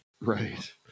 Right